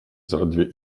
zaledwie